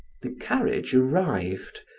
the carriage arrived,